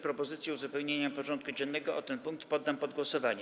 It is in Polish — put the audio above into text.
Propozycję uzupełnienia porządku dziennego o ten punkt poddam pod głosowanie.